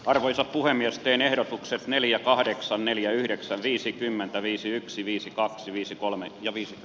arvoisa puhemies teen ehdotuksen neljä kahdeksan neljä yhdeksän viisikymmentäviisi yksi viisi kaksi viisi kolme ja viisi